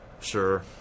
Sure